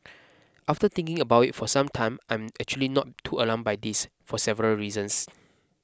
after thinking about it for some time I'm actually not too alarmed by this for several reasons